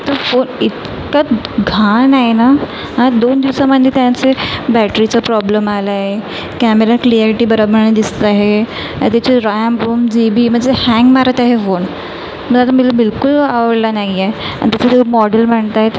तो फोन इतका घाण आहे ना दोन दिवसामंध्ये त्यांचे बॅटरीचा प्रॉब्लम आला आहे कॅमेरा क्लिअॅल्टी बरमळन दिसत आहे त्याचे रॅम रोम जी बी म्हणजे हॅंग मारत आहे वोन दादा मला बिलकुल आवडला नाही आहे आणि त्याचं जे मॉडेल म्हणत आहेत